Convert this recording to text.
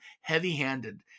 heavy-handed